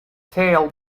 tail